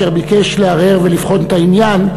אשר ביקש להרהר ולבחון את העניין,